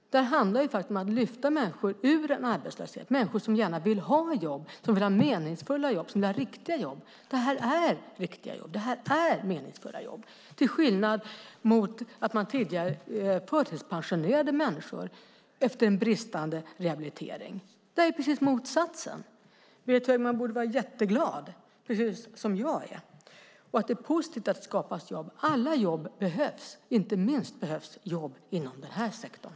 Det här handlar om att lyfta människor ur arbetslöshet, människor som vill ha meningsfulla, riktiga jobb. Det här är riktiga jobb. Det här är meningsfulla jobb. Tidigare förtidspensionerades människor efter en bristande rehabilitering. Det här är precis motsatsen. Berit Högman borde vara jätteglad, precis som jag är. Det är positivt att det skapas jobb. Alla jobb behövs. Inte minst behövs jobb inom den här sektorn.